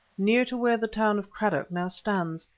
near to where the town of cradock now stands,